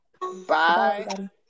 bye